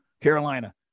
Carolina